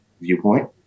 viewpoint